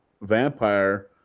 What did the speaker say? vampire